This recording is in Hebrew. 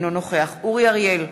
אינו נוכח אורי אריאל,